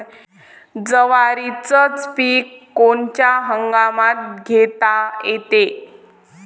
जवारीचं पीक कोनच्या हंगामात घेता येते?